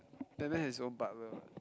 Batman is all butler [what]